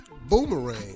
Boomerang